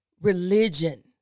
religion